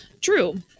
True